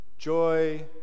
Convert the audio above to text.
Joy